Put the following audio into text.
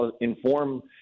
inform